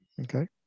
okay